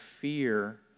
fear